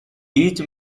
each